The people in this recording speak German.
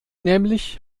nämlich